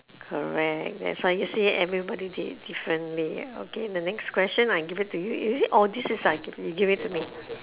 correct that's why you see everybody they eat differently okay the next question I give it to you is it or this is I you give it to me